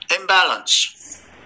Imbalance